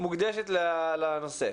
מוקדשת לנושא.